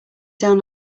down